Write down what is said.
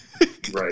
Right